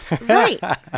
Right